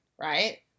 Right